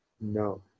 No